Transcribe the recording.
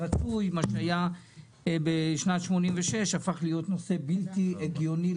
מה שהיה בשנת 86' הפך להיות דבר בלתי הגיוני.